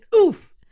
Oof